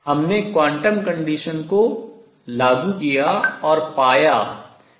हमने quantum condition quantum शर्त को लागू किया और पाया कि